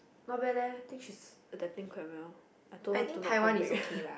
not bad leh I think she is adapting quite well I told her do not come back